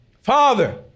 Father